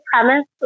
premise